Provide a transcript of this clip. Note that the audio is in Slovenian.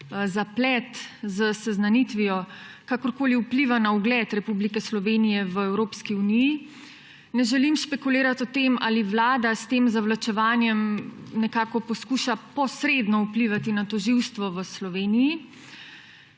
zaplet z seznanitvijo kakorkoli vpliva na ugled Republike Slovenije v Evropski uniji. Ne želim špekulirati o tem, ali Vlada s tem zavlačevanjem nekako poskuša posredno vplivati na tožilstvo v Sloveniji.